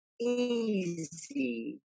easy